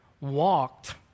walked